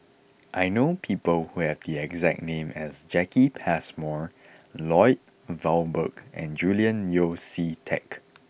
I know people who have the exact name as Jacki Passmore Lloyd Valberg and Julian Yeo See Teck